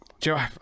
Joe